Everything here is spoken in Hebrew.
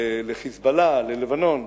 ל"חיזבאללה", ללבנון,